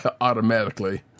Automatically